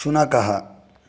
शुनकः